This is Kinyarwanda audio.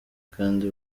kandi